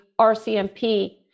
RCMP